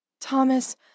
Thomas